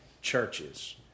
churches